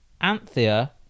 Anthea